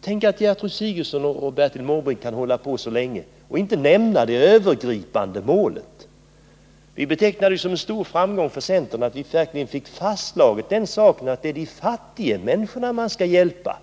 Tänk att Gertrud Sigurdsen och Bertil Måbrink kan hålla på så länge och inte nämna det övergripande målet! Vi betecknade det ju som en stor framgång för centern att vi verkligen fick fastslaget att det är de fattiga människorna som vi skall hjälpa.